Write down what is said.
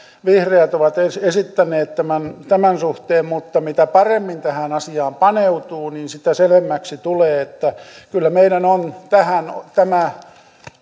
vihreät ovat esittäneet tämän tämän suhteen mutta mitä paremmin tähän asiaan paneutuu sitä selvemmäksi tulee että kyllä meidän on tämä